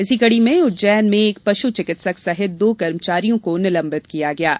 इसी कड़ी में उज्जैन में एक पशु चिकित्सक सहित दो कर्मचारियों को निलंबित किया गया है